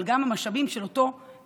אבל גם המשאבים של אותו מכור,